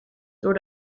door